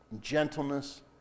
gentleness